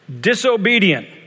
disobedient